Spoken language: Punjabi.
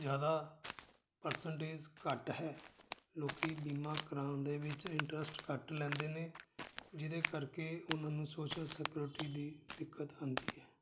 ਜ਼ਿਆਦਾ ਪਰਸੈਂਟੇਜ ਘੱਟ ਹੈ ਲੋਕ ਬੀਮਾ ਕਰਾਉਣ ਦੇ ਵਿੱਚ ਇੰਟਰਸਟ ਘੱਟ ਲੈਂਦੇ ਨੇ ਜਿਹਦੇ ਕਰਕੇ ਉਹਨਾਂ ਨੂੰ ਸੋਸ਼ਲ ਸਕਿਉਰਟੀ ਦੀ ਦਿੱਕਤ ਆਉਂਦੀ ਹੈ